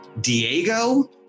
Diego